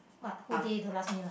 what whole day the last meal